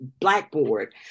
blackboard